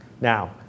Now